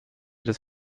des